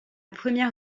première